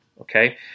Okay